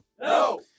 No